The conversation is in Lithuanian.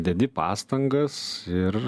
dedi pastangas ir